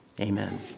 Amen